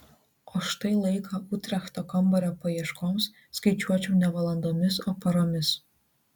o štai laiką utrechto kambario paieškoms skaičiuočiau ne valandomis o paromis